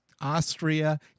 Austria